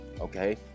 Okay